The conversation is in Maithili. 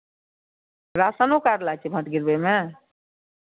राशनो कार्ड लागै छै भोट गिरबयमे